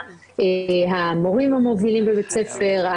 המורים המובילים בבית הספר,